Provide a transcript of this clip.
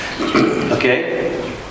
Okay